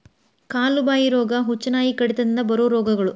ಕಾಲು ಬಾಯಿ ರೋಗಾ, ಹುಚ್ಚುನಾಯಿ ಕಡಿತದಿಂದ ಬರು ರೋಗಗಳು